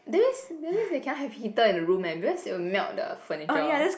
that means that means they cannot have heater in the room eh because it'll melt the furniture